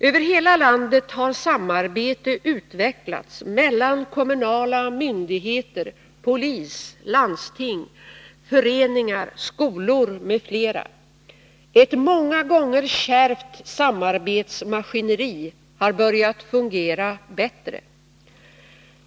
Över hela landet har samarbete utvecklats mellan t.ex. kommunala myndigheter, polis, landsting, föreningar och skolor. Ett många gånger kärvt samarbetsmaskineri har börjat fungera bättre.